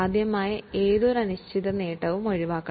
സാധ്യമായ ഏതൊരു അനിശ്ചിത നേട്ടവും ഒഴിവാക്കണം